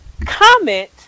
comment